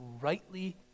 rightly